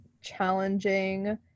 challenging